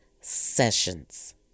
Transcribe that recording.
sessions